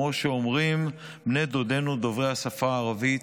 כמו שאומרים בני דודינו דוברי השפה הערבית,